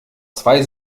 zwei